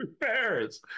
Paris